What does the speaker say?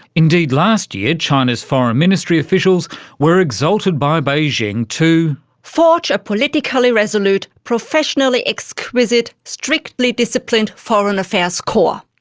indeed, last year, china's foreign ministry officials were exalted by beijing to forge a politically resolute, professionally exquisite, strictly disciplined foreign affairs corps.